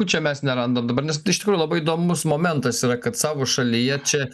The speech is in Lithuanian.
čia mes nerandam dabar nes iš tikrųjų labai įdomus momentas yra kad savo šalyje čia